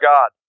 God